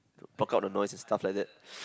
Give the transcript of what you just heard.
block out the noise and stuff like that